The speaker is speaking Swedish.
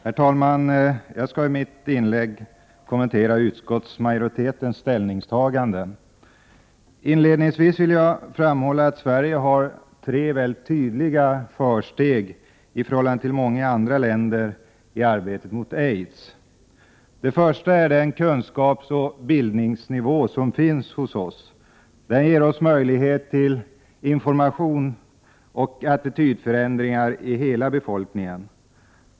Herr talman! Jag skall i mitt inlägg kommentera utskottsmajoritetens ställningstaganden. Inledningsvis vill jag framhålla att Sverige har tre väldigt tydliga försteg i förhållande till många andra länder i arbetet mot aids. Det första är vår kunskapsoch bildningsnivå. Den ger oss möjligheter till information och attitydförändringar hos hela befolkningen.